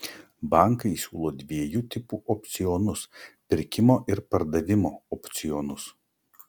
bankai siūlo dviejų tipų opcionus pirkimo ir pardavimo opcionus